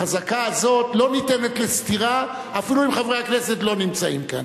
החזקה הזו לא ניתנת לסתירה אפילו אם חברי הכנסת לא נמצאים כאן.